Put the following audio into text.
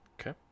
okay